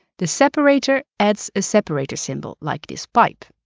the separator adds a separator symbol, like this pipe.